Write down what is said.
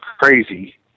crazy